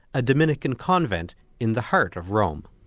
a dominican convent in the heart of rome.